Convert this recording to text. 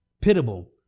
pitiable